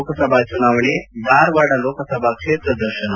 ಲೋಕಸಭಾ ಚುನಾವಣೆ ಧಾರವಾಡ ಲೋಕಸಭಾ ಕ್ಷೇತ್ರ ದರ್ಶನ